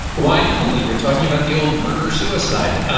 why, emily? you're talking about the old murder suicide.